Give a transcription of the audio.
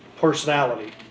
personality